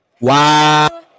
Wow